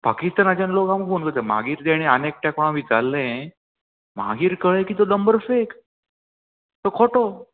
पाकिस्तनाच्यान लोक आमकां फोन करतां मागीर तेणें आनी एकट्या कोणा विचारलें मागीर कळ्ळें की तो नंबर फेक तो खोटो